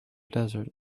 desert